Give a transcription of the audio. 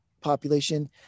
population